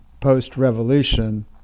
post-revolution